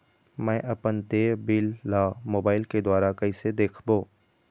मैं अपन देय बिल ला मोबाइल के द्वारा कइसे देखबों?